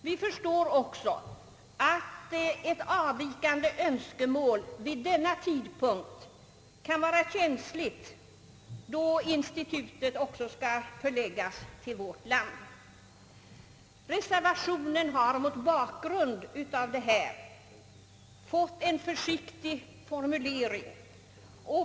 Vi förstår också att ett avvikande önskemål nu kan vara käns ligt då institutet också skall förläggas till vårt land. Reservationen har mot denna bakgrund fått en försiktig formulering.